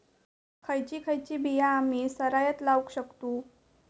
खयची खयची बिया आम्ही सरायत लावक शकतु?